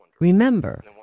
Remember